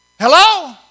Hello